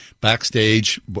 Backstage